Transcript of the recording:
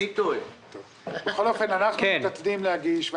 בכל אופן אנחנו מתעתדים להגיש.